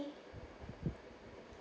okay